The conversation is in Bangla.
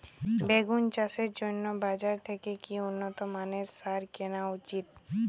বেগুন চাষের জন্য বাজার থেকে কি উন্নত মানের সার কিনা উচিৎ?